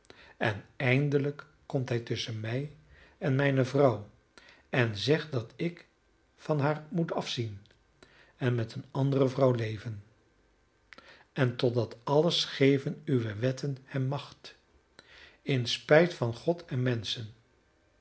en eindelijk komt hij tusschen mij en mijne vrouw en zegt dat ik van haar moet afzien en met eene andere vrouw leven en tot dat alles geven uwe wetten hem macht in spijt van god en menschen